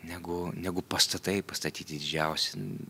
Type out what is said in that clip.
negu negu pastatai pastatyti didžiausi